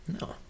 No